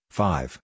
five